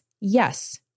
Yes